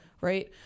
Right